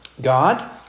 God